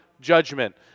judgment